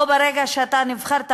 או ברגע שאתה נבחרת,